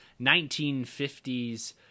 1950s